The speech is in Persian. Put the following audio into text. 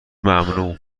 ممنوع